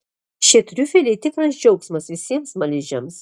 šie triufeliai tikras džiaugsmas visiems smaližiams